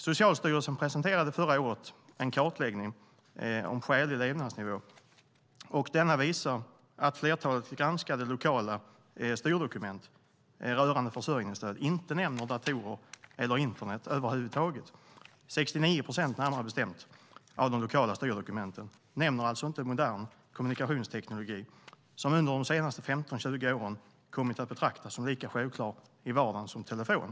Socialstyrelsen presenterade förra året en kartläggning om skälig levnadsnivå, och denna visar att flertalet granskade lokala styrdokument rörande försörjningsstöd inte nämner datorer och internet över huvud taget. Närmare bestämt 69 procent av de lokala styrdokumenten nämner alltså inte en modern kommunikationsteknologi som under de senaste 15-20 åren kommit att betraktas som lika självklar i vardagen som telefon.